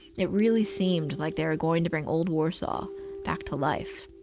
it really seemed like they're going to bring old warsaw back to life.